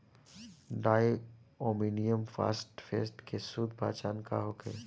Di ammonium phosphate के शुद्ध पहचान का होखे?